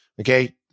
okay